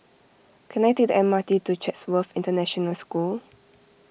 can I take the M R T to Chatsworth International School